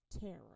Terror